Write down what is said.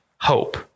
hope